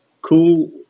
cool